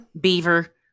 Beaver